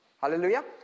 Hallelujah